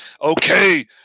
Okay